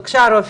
בבקשה, רפי.